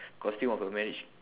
costume of a marriage